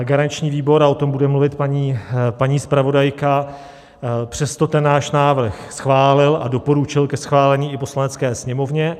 Garanční výbor, a o tom bude mluvit paní zpravodajka, přesto náš návrh schválil a doporučil ke schválení i Poslanecké sněmovně.